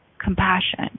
compassion